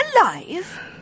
Alive